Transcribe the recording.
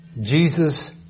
Jesus